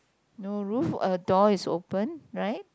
no roof a door is open right